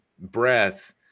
breath